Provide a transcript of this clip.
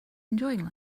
enjoying